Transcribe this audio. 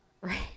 right